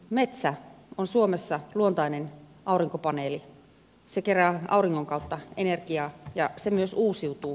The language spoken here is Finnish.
metsä on suomessa luontainen aurinkopaneeli se kerää auringon kautta energiaa ja se myös uusiutuu